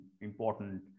important